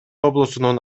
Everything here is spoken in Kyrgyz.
облусунун